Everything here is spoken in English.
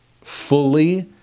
fully